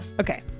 Okay